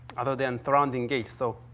other than surround the gate. so,